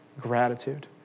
gratitude